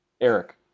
Eric